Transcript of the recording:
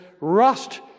rust